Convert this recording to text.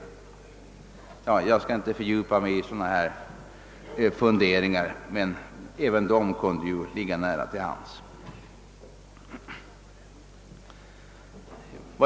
Jag skall emellertid inte fördjupa mig i sådana funderingar, även om det som sagt kunde ligga nära till hands.